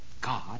God